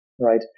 right